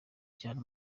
cyane